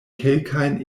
kelkajn